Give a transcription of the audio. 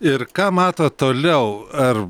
ir ką matot toliau ar